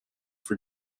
for